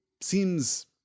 seems